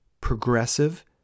progressive